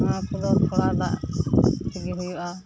ᱚᱱᱟᱠᱚ ᱫᱚ ᱛᱷᱚᱲᱟ ᱫᱟᱜ ᱛᱮᱜᱮ ᱦᱩᱭᱩᱜᱼᱟ